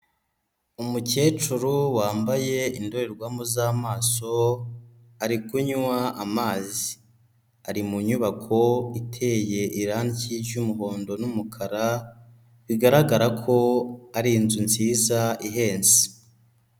Umukecuru wambaye indorerwamo z'amaso, ari kunywa amazi. Ari mu nyubako iteye irangi ry'umuhondo n'umukara, bigaragara ko ari inzu nziza, ihenze.